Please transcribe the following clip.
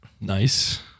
Nice